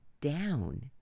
down